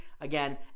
Again